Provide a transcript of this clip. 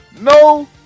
no